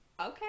Okay